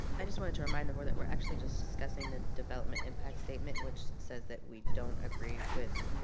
i just wanted to remind the board that we're actually just discussing the development impact statement, which says that we don't agree with